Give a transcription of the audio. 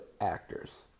actors